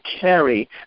carry